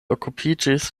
okupiĝis